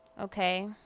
Okay